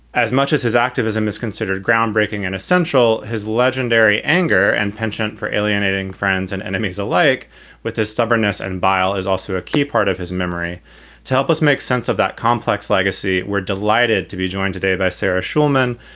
as much as his activism is considered groundbreaking and essential. his legendary anger and pension for alienating friends and enemies alike with his stubbornness and bile is also a key part of his memory to help us make sense of that complex legacy. we're delighted to be joined today by sarah schulman,